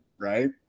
right